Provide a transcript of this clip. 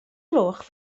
gloch